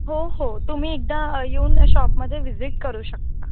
हो हो तुम्ही एकदा येऊन शॉपमध्ये व्हिजिट करू शकता